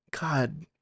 God